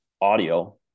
audio